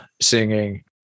singing